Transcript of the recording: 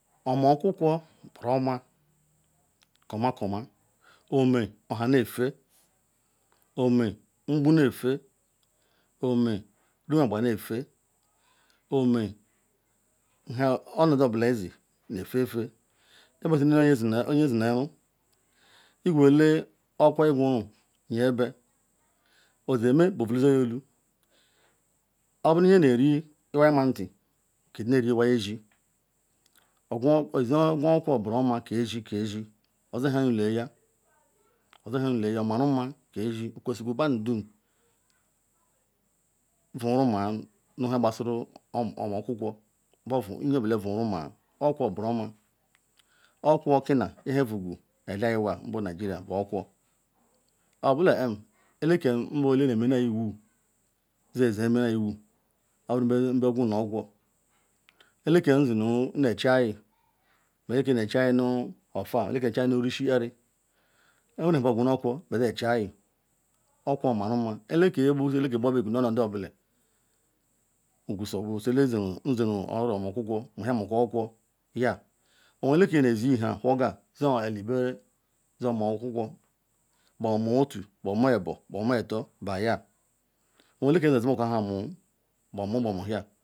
Oma okwukwo buruoma komu koma ome oha nefe ome ngbu nefe ome rumuoqba nefe ome onodiobula idi nefefe obediko zaa bu nye dieru eqwerule okwukwo aquru yebe onyeme bevulezor olu, oburu nye neri iwai mati ikezi nari iwai ezi izi ogwu okwukwo buruoma kezi kezi oza henuleya oza henuleya omaruma kezi, okwesiri madu elum nzo omua nu nhe qbasuru oma. Okwukwo nyeobula nvu omua okwukwo buruoma, okwukwo kiya ahen vugu elike bu nigeria, nhe vuqu eli nuqema bu okwukwo obula kem, elekem bu ele nemeyi iwu zizi omene iwu obere nu beqwuna okwukwo, elekam nzinu nechayi eleke necheyi nu ofua ma. Eleke necheyi nulsi yari owunebe eqwuna okwukwo be be echeri okwukwo maruoma eleke naba si ngba bequ nu ndiobula quzoquzi ele ziru oro-omuokulukwo muhiamaja okwukwo ya, oweze eleke nezi ha whorga zi elebenere zi omu okwukwo bemuo otu bemoo ebu bemuo etor beya owerumako eleke neza ha muo bemuo bemuhia